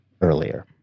earlier